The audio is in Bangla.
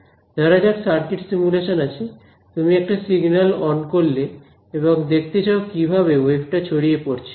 ধরা যাক সার্কিট সিমুলেশন আছে তুমি একটা সিগন্যাল অন করলে এবং দেখতে চাও কিভাবে ওয়েভ টা ছড়িয়ে পড়ছে